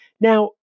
Now